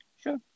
sure